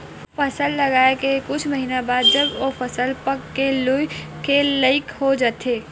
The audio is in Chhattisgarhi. फसल लगाए के कुछ महिना बाद जब ओ फसल पक के लूए के लइक हो जाथे